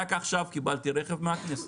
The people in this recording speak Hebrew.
רק עכשיו קיבלתי רכב מהכנסת,